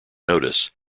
notice